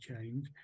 change